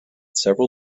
several